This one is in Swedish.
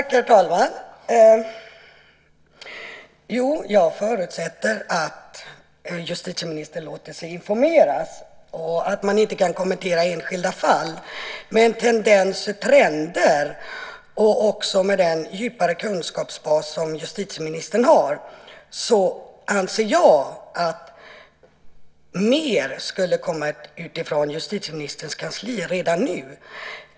Herr talman! Jag förutsätter att justitieministern låter sig informeras och att han inte kan kommentera enskilda fall. Men med de tendenser och trender och också med den kunskapsbas som justitieministern har anser jag att mer skulle komma ut från justitieministerns kansli redan nu.